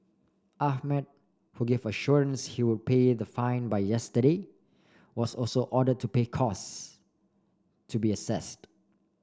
ahmed who gave assurance he would pay the fine by yesterday was also ordered to pay costs to be assessed